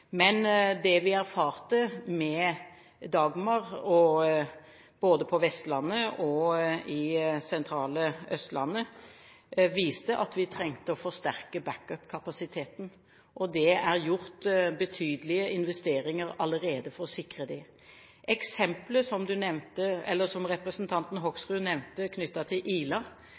Men det vi erfarte med Dagmar både på Vestlandet og i det sentrale Østlandet, viste at vi trengte å forsterke back-up-kapasiteten, og det er gjort betydelige investeringer allerede for å sikre det. Når det gjelder eksemplet som representanten Hoksrud nevnte knyttet til Ila,